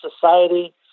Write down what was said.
society